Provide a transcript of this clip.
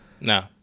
No